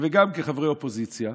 וגם כחברי אופוזיציה,